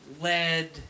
lead